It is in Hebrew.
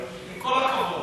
עם כל הכבוד.